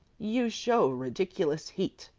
you show ridiculous heat,